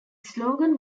slogan